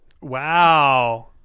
Wow